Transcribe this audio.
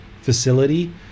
facility